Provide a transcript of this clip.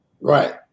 Right